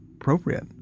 appropriate